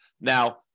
Now